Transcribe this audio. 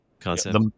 concept